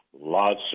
lots